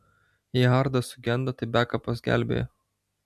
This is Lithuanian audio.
jei hardas sugenda tik bekapas gelbėja